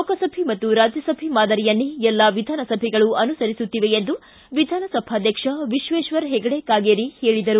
ಲೋಕಸಭೆ ಮತ್ತು ರಾಜ್ಜಸಭೆ ಮಾದರಿಯನ್ನೇ ಎಲ್ಲಾ ವಿಧಾನಸಭೆಗಳು ಅನುಸರಿಸುತ್ತಿವೆ ಎಂದು ವಿಧಾನಸಭಾಧ್ಯಕ್ಷ ವಿಶ್ವೇಶ್ವರ ಹೆಗಡೆ ಕಾಗೇರಿ ಹೇಳಿದರು